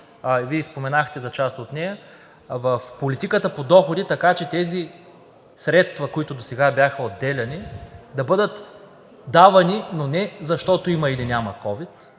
Вие споменахте за част от нея, в политиката по доходите тези средства, които досега бяха отделяни, да бъдат давани, но не защото има или няма ковид,